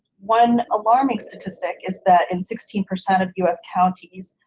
one alarming statistic is that and sixteen percent of us counties,